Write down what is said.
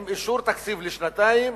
עם אישור תקציב לשנתיים,